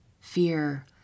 fear